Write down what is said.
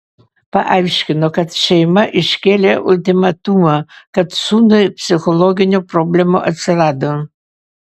paaiškino kad šeima iškėlė ultimatumą kad sūnui psichologinių problemų atsirado